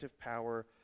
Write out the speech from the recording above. power